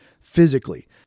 Physically